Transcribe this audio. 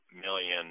million